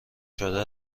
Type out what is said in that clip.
شده